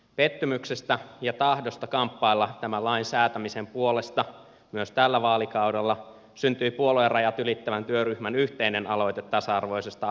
pettymyksestä ja tahdosta kamppailla tämän lain säätämisen puolesta myös tällä vaalikaudella syntyi puoluerajat ylittävän työryhmän yhteinen aloite tasa arvoisesta avioliittolaista